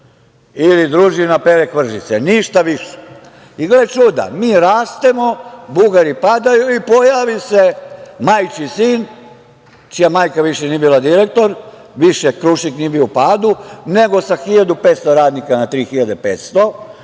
ili družina Pere Kvržice, ništa više.I, gle čuda, mi rastemo, Bugari padaju i pojavi se majčin sin, čija majka više nije bila direktor, više Krušik nije bio u padu, nego sa 1.500 radnika na 3.500,